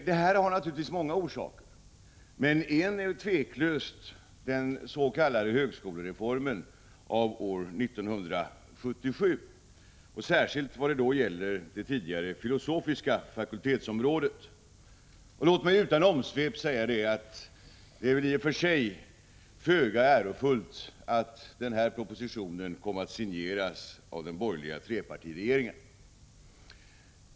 Det har naturligtvis många orsaker, 3 men en är otvivelaktigt den s.k. högskolereformen av år 1977 särskilt vad gäller det tidigare filosofiska fakultetsområdet. Låt mig utan omsvep säga att det i och för sig är föga ärofullt att den propositionen kom att signeras av den borgerliga trepartiregeringen.